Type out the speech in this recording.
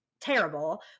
terrible